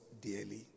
dearly